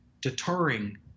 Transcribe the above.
deterring